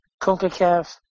CONCACAF